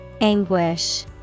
Anguish